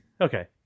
Okay